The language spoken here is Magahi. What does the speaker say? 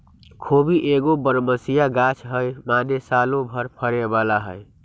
खोबि एगो बरमसिया ग़ाछ हइ माने सालो भर फरे बला हइ